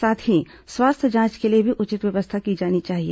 साथ ही स्वास्थ्य जांच के लिए भी उचित व्यवस्था की जानी चाहिए